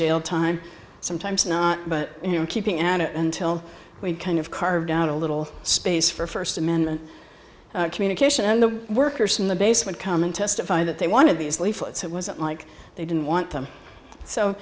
jail time sometimes not but you know keeping at it until we kind of carved out a little space for first amendment communication and the workers from the base would come and testify that they wanted these leaflets it wasn't like they didn't want them so